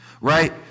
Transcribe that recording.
right